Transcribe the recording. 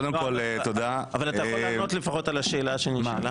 אתה יכול לענות לפחות על השאלה שנשאלה